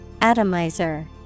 Atomizer